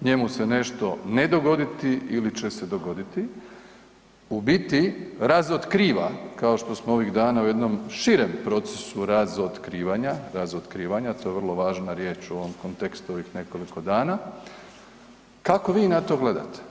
njemu se nešto ne dogoditi ili će se dogoditi u biti razotkriva kao što smo ovih dana u jednom širem procesu razotkrivanja, razotkrivanja to je vrlo važna riječ u ovom kontekstu ovih nekoliko dana, kako vi na to gledate.